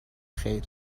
خیر